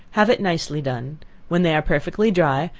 have it nicely done when they are perfectly dry,